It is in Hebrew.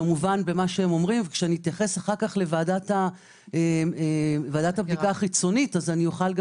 כשאתייחס לוועדה החיצונית אז תוכלו